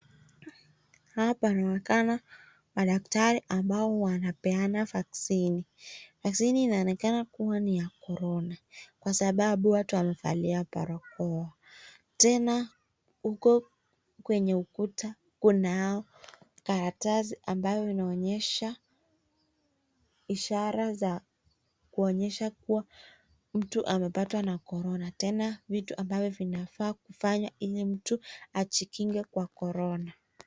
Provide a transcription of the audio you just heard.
Hapa panaonekana madaktari ambao wanapeana vaccine. Vaccine hii inaonekana kama ni ya korona kwa sababu, watu waemevalia barakoa. Tena huko kwenye ukuta kunaonyesha ishara za kuonyesha kua mtu amepatwa na korona. Tena vitu ambavyo vinafaa kufanywa ili mtu ajikinge kwa korona.